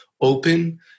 Open